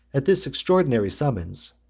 at this extraordinary summons,